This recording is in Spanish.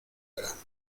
verano